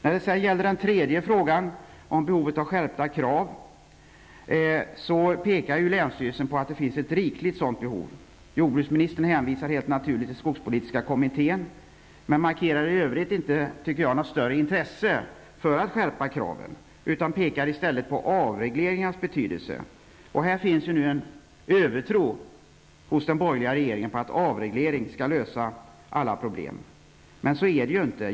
När det sedan gäller den tredje frågan, om behovet av skärpta krav, pekar länsstyrelsen på att det behovet är stort. Jordbruksministern hänvisar, helt naturligt, till skogspolitiska kommittén, men markerar enligt min mening inte något större intresse för att skärpa kraven, utan pekar i stället på avregleringens betydelse. Det finns en övertro hos den borgerliga regeringen på att avreglering skall lösa alla problem, men så är det inte.